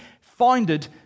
founded